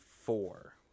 four